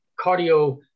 cardio